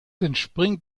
entspringt